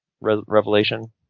revelation